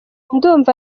ndumva